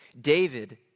David